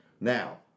Now